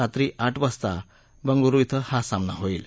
रात्री आठ वाजता बंगळुरु श्वे हा सामना होईल